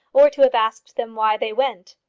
or to have asked them why they went.